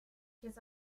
his